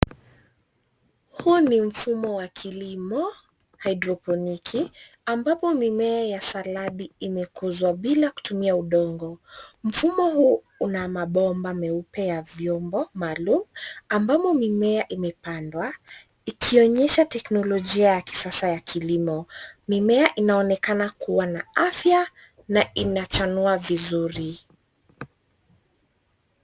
Huu ni mfumo wa kilimo hydroponic ambapo mimea ya saladi imekuzwa bila kutumia udongo. Mfumo huu una mabomba meupe ya vyombo maalum, ambamo mimea imepandwa ikionyesha teknolojia ya kisasa ya kilimo. Mimea inaonekana kuwa na afya na inachanua vizuri.